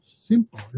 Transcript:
simple